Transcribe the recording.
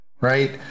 right